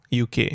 UK